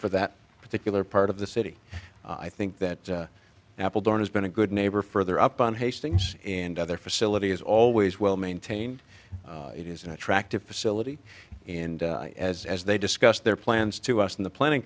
for that particular part of the city i think that apple door has been a good neighbor further up on hastings and other facility is always well maintained it is an attractive facility and as as they discussed their plans to us in the planning